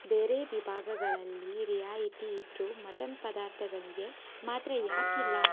ಬೇರೆ ವಿಭಾಗಗಳಲ್ಲಿ ರಿಯಾಯಿತಿ ಇದ್ದರೂ ಮಟನ್ ಪದಾರ್ಥಗಳಿಗೆ ಮಾತ್ರ ಯಾಕಿಲ್ಲ